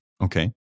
Okay